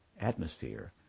atmosphere